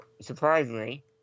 surprisingly